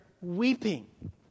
weeping